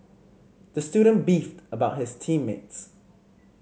the student beefed about his team mates